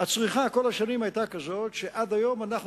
הצריכה כל השנים היתה כזאת שעד היום אנחנו